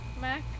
Mac